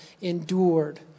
endured